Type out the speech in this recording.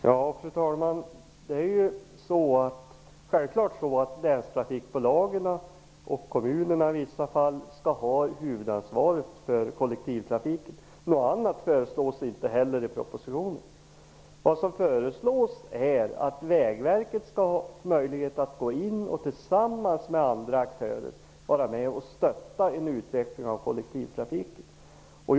Fru talman! Det är självklart så att länstrafikbolagen och i vissa fall kommunerna skall ha huvudansvaret för kollektivtrafiken. Något annat föreslås inte heller i propositionen. Vad som föreslås är att Vägverket skall ha möjlighet att tillsammans med andra aktörer vara med och stötta en utveckling av kollektivtrafiken.